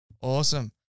Awesome